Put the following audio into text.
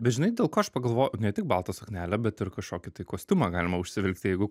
bet žinai dėl ko aš pagalvo ne tik baltą suknelę bet ir kažkokį tai kostiumą galima užsivilkti jeigu